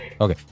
Okay